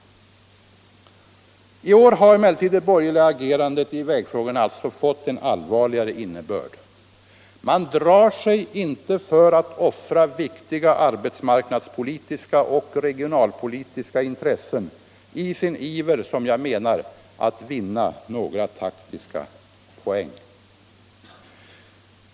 I år har emellertid det borgerliga agerandet i vägfrågorna fått en allvarligare innebörd. Man drar sig inte för att offra viktiga arbetsmarknadspolitiska och regionalpolitiska intressen i sin iver att vinna några taktiska poäng.